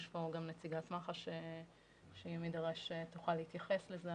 יש פה גם נציגת מח"ש שאם תידרש היא תוכל להתייחס לזה.